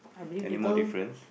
any more difference